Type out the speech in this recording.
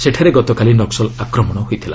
ସେଠାରେ ଗତକାଲି ନକ୍କଲ୍ ଆକ୍ରମଣ ହୋଇଥିଲା